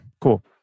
cool